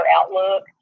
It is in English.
outlook